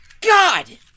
God